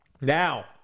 now